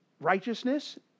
righteousness